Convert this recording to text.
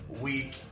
week